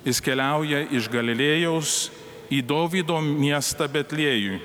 jis keliauja iš galilėjos į dovydo miestą betliejų